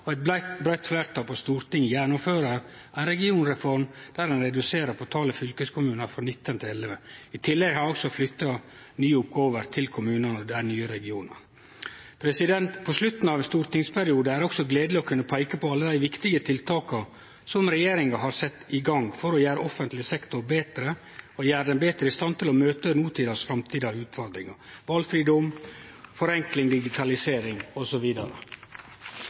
og eit breitt fleirtal på Stortinget gjennomfører ei regionreform der ein reduserer talet på fylkeskommunar frå 19 til 11. I tillegg har ein flytta nye oppgåver til kommunane og til dei nye regionane. På slutten av stortingsperioden er det også gledeleg å kunne peike på alle dei viktige tiltaka som regjeringa har sett i gang for å gjere offentleg sektor betre i stand til å møte utfordringane i notida og i framtida: valfridom, forenkling, digitalisering